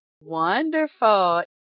wonderful